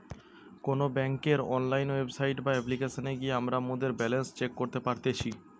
কোনো বেংকের online website বা অপ্লিকেশনে গিয়ে আমরা মোদের ব্যালান্স চেক করি পারতেছি